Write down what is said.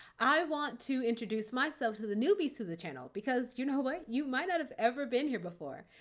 i want to introduce myself to the newbies to the channel, because you know what, you might not have ever been here before.